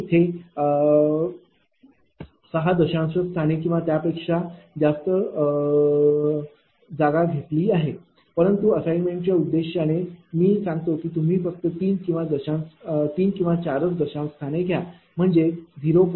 मी इथे 6 दशांश स्थाने किंवा त्यापेक्षा जास्त जागा घेतले आहेत परंतु असाइनमेंट च्या उद्देशाने मी सांगेन की तुम्ही फक्त 3 किंवा 4 दशांश स्थाने घ्या म्हणजे 0